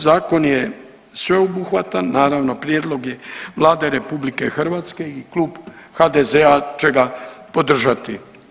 Zakon je sveobuhvatan, naravno prijedlog je Vlade RH i Klub HDZ-a će ga podržati.